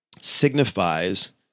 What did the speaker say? signifies